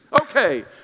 Okay